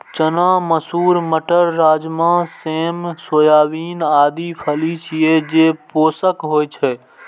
चना, मसूर, मटर, राजमा, सेम, सोयाबीन आदि फली छियै, जे पोषक होइ छै